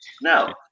No